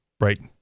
right